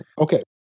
Okay